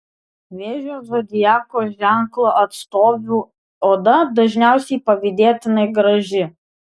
vėžio zodiako ženklo atstovių oda dažniausiai pavydėtinai graži